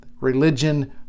religion